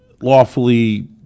lawfully